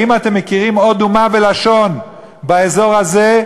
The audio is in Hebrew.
האם אתם מכירים עוד אומה ולשון באזור הזה,